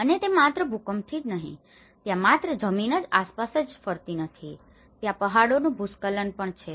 અને તે માત્ર ભૂકંપ જ નથી ત્યાં માત્ર જમીન જ આસપાસ જ ફરતી નથી ત્યાં પહાડોનુ ભૂસ્ખલન પણ છે